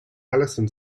allison